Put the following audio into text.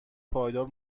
پایدار